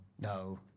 No